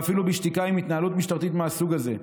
ואפילו בשתיקה, עם התנהלות משטרתית מהסוג הזה.